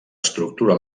estructura